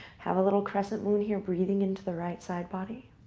have a little crescent moon here. breathing into the right side body.